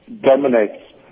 dominates